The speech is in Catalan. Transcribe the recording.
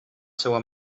seua